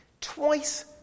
Twice